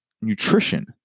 nutrition